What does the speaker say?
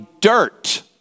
dirt